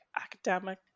academic